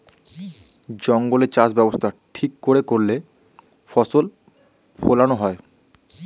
জঙ্গলে চাষ ব্যবস্থা ঠিক করে করলে ফসল ফোলানো হয়